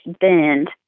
bend